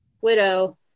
Widow